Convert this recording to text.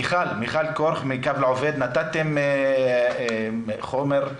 מיכל כורך מקו לעובד, שלחתם לנו חומר.